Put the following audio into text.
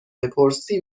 بپرسی